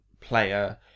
player